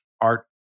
art